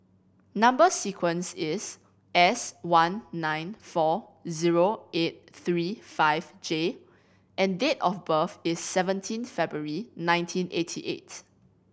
number sequence is S one nine four zero eight three five J and date of birth is seventeen February nineteen eighty eight